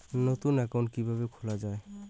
নতুন একাউন্ট কিভাবে খোলা য়ায়?